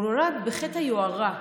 הוא נולד בחטא היוהרה.